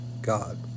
God